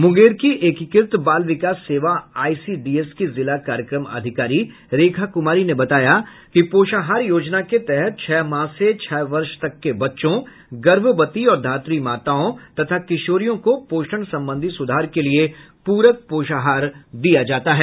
मुंगेर की एकीकृत बाल विकास सेवा आईसीडीएस की जिला कार्यक्रम अधिकारी रेखा कुमारी ने बताया कि पोषाहार योजना के तहत छह माह से छह वर्ष तक के बच्चों गर्भवती और धातु माताओं तथा किशोरियों को पोषण संबंधी सुधार के लिए पूरक पोषाहार दिया जाता है